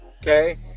okay